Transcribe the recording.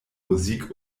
musik